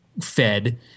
fed